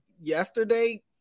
yesterday